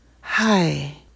Hi